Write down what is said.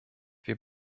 wir